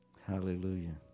Hallelujah